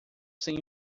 ser